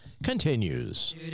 continues